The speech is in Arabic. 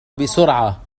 بسرعة